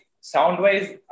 sound-wise